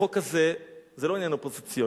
החוק הזה הוא לא עניין אופוזיציוני.